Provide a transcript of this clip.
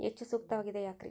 ಹೆಚ್ಚು ಸೂಕ್ತವಾಗಿದೆ ಯಾಕ್ರಿ?